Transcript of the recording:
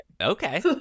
Okay